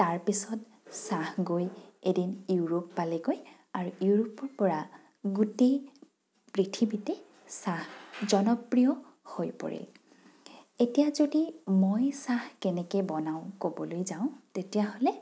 তাৰপিছত চাহ গৈ এদিন ইউৰোপ পালেগৈ আৰু ইউৰোপৰ পৰা গোটেই পৃথিৱীতেই চাহ জনপ্ৰিয় হৈ পৰিল এতিয়া যদি মই চাহ কেনেকৈ বনাওঁ ক'বলৈ যাওঁ তেতিয়াহ'লে